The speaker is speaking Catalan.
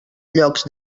llocs